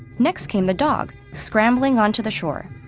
next came the dog, scrambling onto the shore.